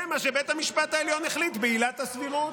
זה מה שבית המשפט העליון החליט בעילת הסבירות.